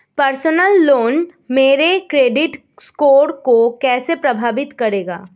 Personal loan मेरे credit score को कैसे प्रभावित करेगा?